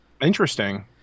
Interesting